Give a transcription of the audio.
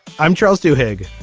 i'm charles to hig.